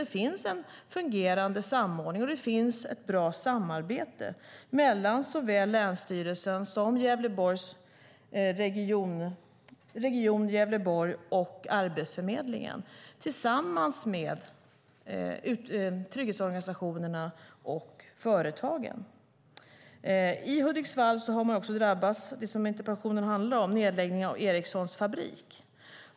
Det finns en fungerande samordning, och det finns ett bra samarbete mellan länsstyrelsen, Region Gävleborg, Arbetsförmedlingen, trygghetsorganisationerna och företagen. I Hudiksvall har man också drabbats av det som interpellationen handlar om, nedläggning av Ericssons fabrik.